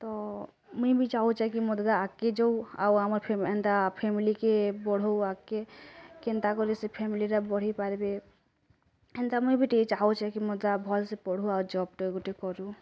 ତ ମୁଇଁ ବି ଚାହୁଁଛେ କି ମୋର୍ ଦାଦା ଆଗକେ ଯାଉ ଆଉ ଆମର୍ ଫେମିଲି କେ ବଢ଼ଉ ଆଗ୍କେ କେନ୍ତା କରି ସେ ଫେମିଲିରେ ବଢ଼ିପାର୍ବେ ହେନ୍ତା ମୁଇଁ ବି ଟିକେ ଚାହୁଁଛେ କି ମୋର୍ ଦାଦା ଭଲ୍ ସେ ପଢ଼ୁ ଆଉ ଜବ୍ ଟେ ଗୁଟେ କରୁ